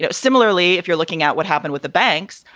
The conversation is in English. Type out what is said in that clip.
yeah similarly, if you're looking at what happened with the banks.